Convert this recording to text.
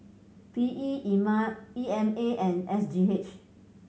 P E Ema E M A and S G H